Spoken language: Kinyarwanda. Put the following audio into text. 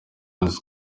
munsi